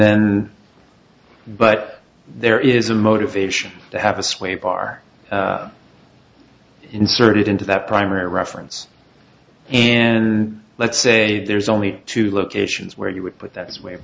then but there is a motivation to have a slave are inserted into that primary reference and let's say there's only two locations where you would but that